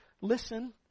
listen